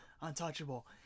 untouchable